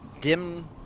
dim